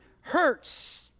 hurts